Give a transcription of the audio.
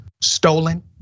stolen